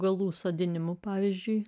galų sodinimų pavyzdžiui